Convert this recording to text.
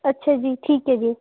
ਅੱਛਾ ਜੀ ਠੀਕ ਹੈ ਜੀ